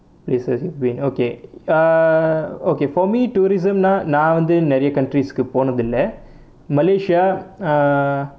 places you've been okay err okay for me tourism னா நா வந்து நிறைய:naa naa vanthu niraiya countries கு போனதில்லை:ku ponathillai malaysia ah